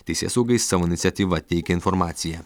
teisėsaugai savo iniciatyva teikė informaciją